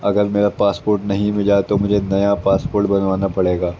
اگر میرا پاسپورٹ نہیں ملا تو مجھے نیا پاسپورٹ بنوانا پڑے گا